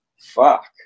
Fuck